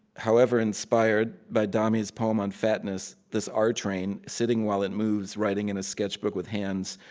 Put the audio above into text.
however inspired, by dhami's poem on fatness. this r train, sitting while it moves, writing in a sketchbook with hands.